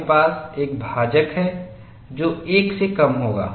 आपके पास एक भाजक है जो 1 से कम होगा